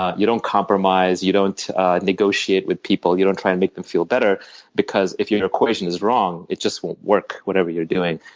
ah you don't compromise. you don't negotiate with people. you don't try and make them feel better because if your equation is wrong, it just won't work, whatever you're doing.